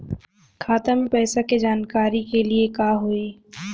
खाता मे पैसा के जानकारी के लिए का होई?